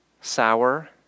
sour